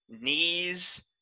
knees